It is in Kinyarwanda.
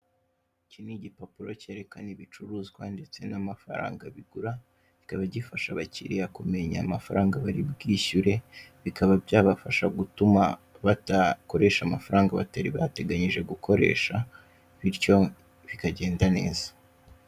Iki ni igipapuro cyerekana ibicuruzwa ndetse n'amafaranga bigura, kikaba gifasha abakiriya kumenya amafaranga bari bwishyure, bikaba byabafasha gutuma badakoresha amafaranga batari bateganyije gukoresha, bityo bikagenda neza.